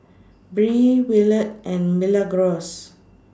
Bree Willard and Milagros